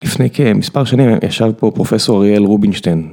לפני כמספר שנים ישב פה פרופ' אריאל רובינשטיין.